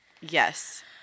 Yes